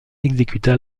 exécuta